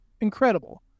Incredible